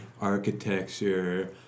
architecture